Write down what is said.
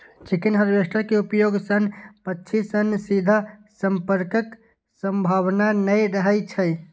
chicken harvester के उपयोग सं पक्षी सं सीधा संपर्कक संभावना नै रहै छै